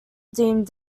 deemed